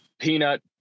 peanut